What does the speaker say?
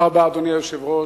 אדוני היושב-ראש,